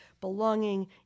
belonging